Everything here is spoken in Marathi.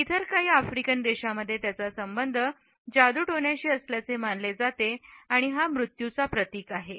इतर काही आफ्रिकन देशांमध्ये त्याचा संबंध जादूटोणा शी असल्याचे मानले जाते आणि हा मृत्यूचे प्रतीक आहे